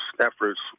efforts